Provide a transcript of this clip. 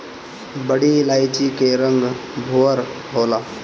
बड़ी इलायची के रंग भूअर होला